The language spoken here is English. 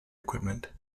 equipment